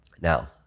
now